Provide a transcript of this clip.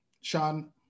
Sean